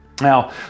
Now